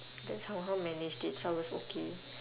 then somehow managed it so I was okay